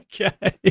Okay